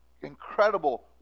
incredible